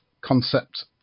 concept